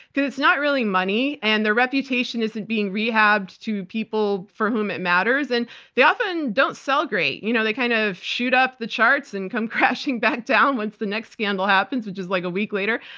because it's not really money, and their reputation isn't being rehabbed to people for whom it matters, and they often don't sell great. you know they kind of shoot up the charts and come crashing back down once the next scandal happens, which is like a week later.